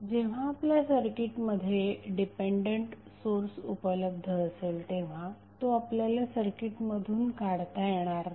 जेव्हा आपल्या सर्किटमध्ये डिपेंडंट सोर्स उपलब्ध असेल तेव्हा तो आपल्याला सर्किटमधून काढता येणार नाही